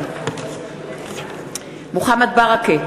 מוחמד ברכה,